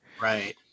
Right